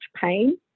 pain